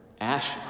ash